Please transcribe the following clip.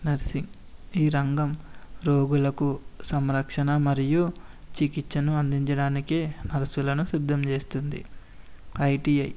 nursing ఈ రంగం రోగులకు సంరక్షణ మరియు చికిత్సను అందించడానికి నర్సులను సిద్ధం చేస్తుంది ఐటీఐ